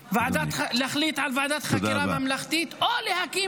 להחליט על ועדת חקירה ממלכתית או להקים